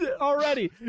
Already